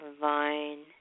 vine